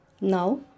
Now